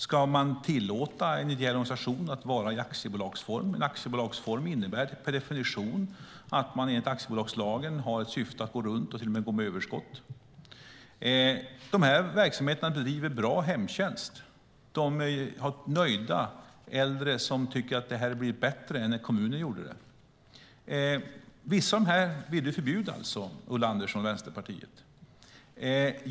Ska man tillåta en ideell organisation att vara i aktiebolagsform? Aktiebolagsform innebär per definition enligt aktiebolagslagen att man har ett syfte att gå runt och till och med att gå med överskott. Dessa verksamheter bedriver bra hemtjänst. De har nöjda äldre som tycker att det blivit bättre än när kommunen utförde tjänsterna. Vissa av dem vill Ulla Andersson, Vänsterpartiet, förbjuda.